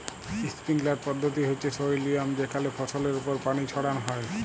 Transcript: sprinkler পদ্ধতি হচ্যে সই লিয়ম যেখানে ফসলের ওপর পানি ছড়ান হয়